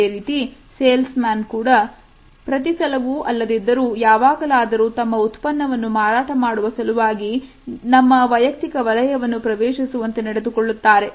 ಅದೇ ರೀತಿ salesman ಕೂಡ ಪ್ರತಿಸಲವೂ ಅಲ್ಲದಿದ್ದರೂ ಯಾವಾಗಲಾದರೂ ತಮ್ಮ ಉತ್ಪನ್ನವನ್ನು ಮಾರಾಟ ಮಾಡುವ ಸಲುವಾಗಿ ನಮ್ಮ ವಯಕ್ತಿಕ ವಲಯವನ್ನು ಪ್ರವೇಶಿಸುವಂತೆ ನಡೆದುಕೊಳ್ಳುತ್ತಾರೆ